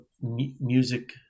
music